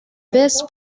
best